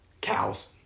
Cows